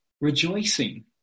rejoicing